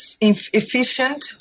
efficient